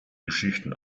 geschichten